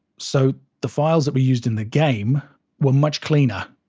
so the files that were used in the game were much cleaner,